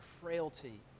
frailty